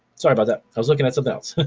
sorry about that, i was looking at something else.